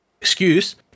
excuse